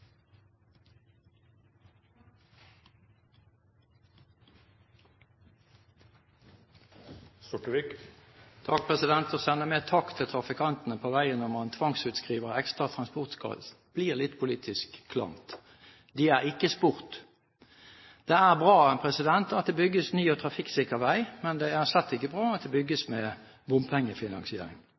med takk til trafikantene på veien når man tvangsutskriver ekstra transportskatt, blir litt politisk klamt! De er ikke spurt. Det er bra at det bygges ny og trafikksikker vei, men det er slett ikke bra at det bygges med bompengefinansiering.